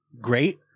great